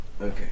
Okay